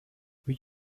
will